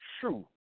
true